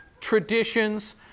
traditions